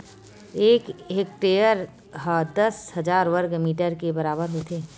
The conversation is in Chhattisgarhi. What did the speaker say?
एक हेक्टेअर हा दस हजार वर्ग मीटर के बराबर होथे